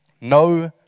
no